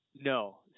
No